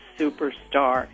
superstar